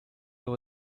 over